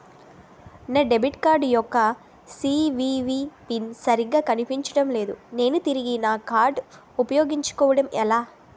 నా debit card యెక్క CVV pin సరిగా కనిపించడం లేదు నేను తిరిగి నా కార్డ్ఉ పయోగించుకోవడం ఎలా?